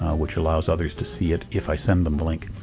which allows others to see it if i send them a link.